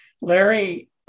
Larry